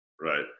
Right